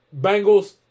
Bengals